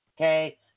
okay